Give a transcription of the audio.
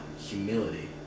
Humility